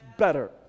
better